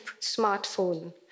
smartphone